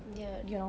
ya